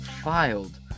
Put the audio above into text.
filed